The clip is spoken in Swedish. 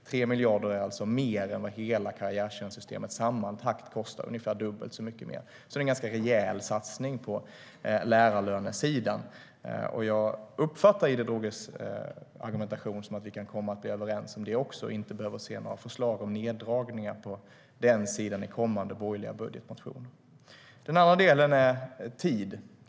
3 miljarder är alltså mer än vad hela karriärtjänstsystemet sammanlagt kostar - det är ungefär dubbelt så mycket - så det är en ganska rejäl satsning på lärarlönesidan. Jag uppfattar Ida Drougges argumentation som att vi kan komma att bli överens om det också och att vi inte behöver se några förslag om neddragningar på den sidan i kommande borgerliga budgetmotioner. Den andra delen handlar om tid.